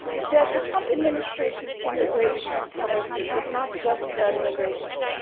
that the trump administration's immigration policy is not just about immigration.